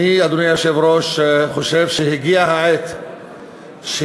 אדוני היושב-ראש, אני חושב שהגיעה העת שעל